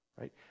right